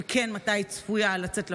אם כן, מתי היא צפויה לצאת לפועל?